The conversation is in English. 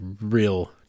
real